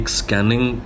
scanning